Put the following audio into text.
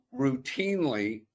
routinely